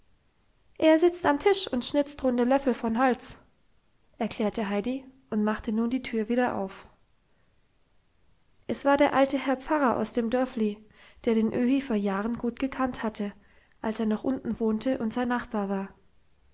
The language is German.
er sitzt am tisch und schnitzt runde löffel von holz erklärte heidi und machte nun die tür wieder auf es war der alte herr pfarrer aus dem dörfli der den öhi vor jahren gut gekannt hatte als er noch unten wohnte und sein nachbar war